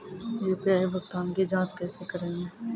UPI भुगतान की जाँच कैसे करेंगे?